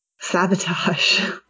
Sabotage